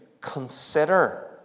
Consider